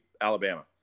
Alabama